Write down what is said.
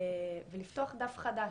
ולפתוח דף חדש.